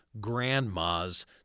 grandma's